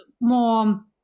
more